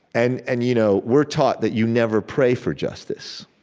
and and you know we're taught that you never pray for justice